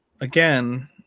again